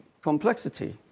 complexity